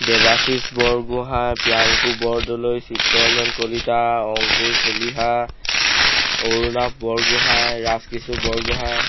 Debashish Borgohain Priyanku Bordoloi Chittaranjan Kalita Ankur Chaliha Arunabh Borgohain Rajkishore Borgohain